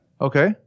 Okay